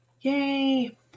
Yay